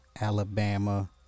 Alabama